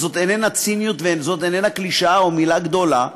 וזו איננה ציניות או קלישאה או מילה גדולה,